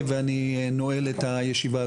אני נועל את הישיבה.